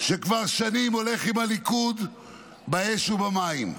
שכבר שנים הולך עם הליכוד באש ובמים.